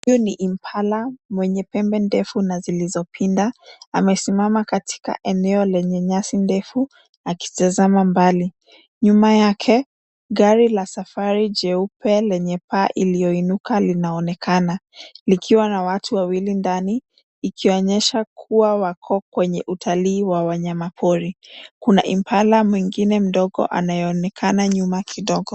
Huyu ni impala mwenye pembe ndefu na zilizopinda. Amesimama katika eneo lenye nyasi ndefu akitazama mbali. Nyuma yake, gari la safari jeupe lenye paa iliyoinuka linaonekana, likiwa na watu wawili ndani ikionyesha kuwa wako kwenye utalii wa wanyama pori. Kuna impala mwengine mdogo anayeonekana nyuma kidogo.